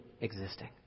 existing